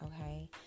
okay